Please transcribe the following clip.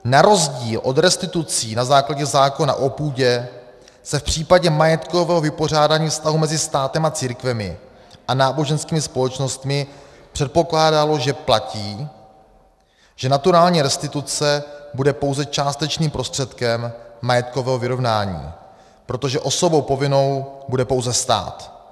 Na rozdíl od restitucí na základě zákona o půdě se v případě majetkového vypořádání vztahů mezi státem a církvemi a náboženskými společnostmi předpokládalo, že platí, že naturální restituce bude pouze částečným prostředkem majetkového vyrovnání, protože osobou povinnou bude pouze stát.